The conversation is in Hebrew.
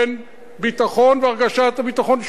בין ביטחון והרגשת הביטחון,